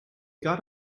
got